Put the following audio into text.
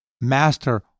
Master